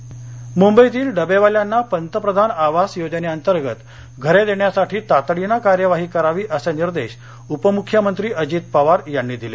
डवेवाले पवार मुंबईतील डबेवाल्यांना पंतप्रधान आवास योजनेअंतर्गत घरे देण्यासाठी तातडीनं कार्यवाही करावी असे निर्देश उपमुख्यमंत्री अजित पवार यांनी दिले